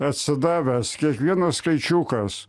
atsidavęs kiekvieno skaičiukas